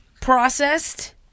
processed